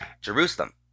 Jerusalem